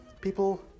people